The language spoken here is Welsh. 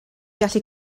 gallu